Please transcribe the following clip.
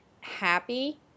happy